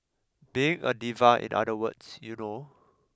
being a diva in other words you know